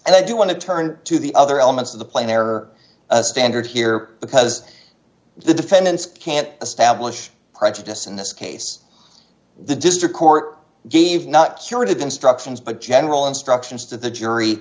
and i do want to turn to the other elements of the play there are a standard here because the defendants can't establish prejudice in this case the district court gave not curative instructions but general instructions to the jury